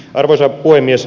arvoisa puhemies